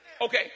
Okay